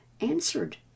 answered